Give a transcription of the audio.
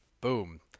Boom